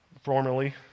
Formerly